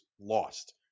lost